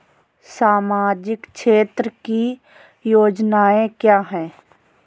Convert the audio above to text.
सामाजिक क्षेत्र की योजनाएँ क्या हैं?